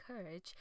courage